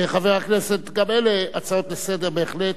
גם אלה הצעות לסדר-היום, בהחלט.